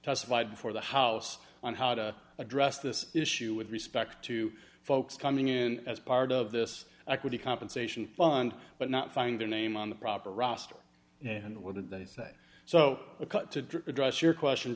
testified before the house on how to address this issue with respect to folks coming in as part of this equity compensation fund but not finding their name on the proper roster and what did they say so cut to address your question